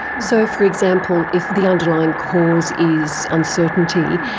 so, for example, if the underlying cause is uncertainty,